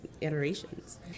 iterations